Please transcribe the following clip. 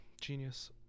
genius